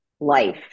life